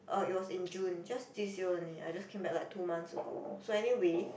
orh it was in June just this year only I just came back like two months ago so anyway